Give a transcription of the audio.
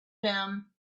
them